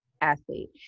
athlete